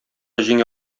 җиңә